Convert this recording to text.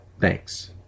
Thanks